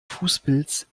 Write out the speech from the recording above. fußpilz